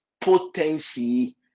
potency